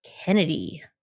Kennedy